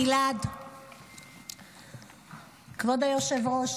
------ כבוד היושב-ראש,